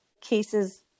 cases